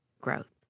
growth